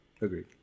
Agreed